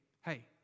hey